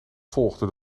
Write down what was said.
volgde